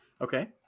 Okay